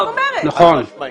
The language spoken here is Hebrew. נכון.